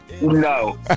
no